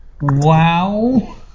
wow